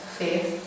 faith